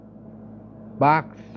box